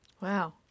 Wow